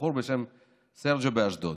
של בחור בשם סרג'יו באשדוד.